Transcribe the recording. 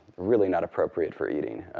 really not appropriate for eating.